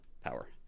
power